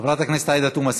חברת הכנסת עאידה תומא סלימאן,